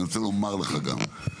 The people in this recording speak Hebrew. אני רוצה לומר לך גם,